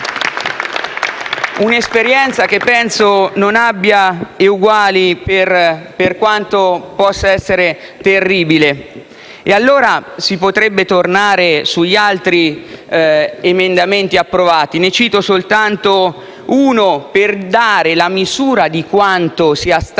un'esperienza che penso non abbia eguali per quanto possa essere terribile. Si potrebbe tornare, allora, sugli altri emendamenti approvati; ne cito soltanto uno per dare la misura di quanto sia stata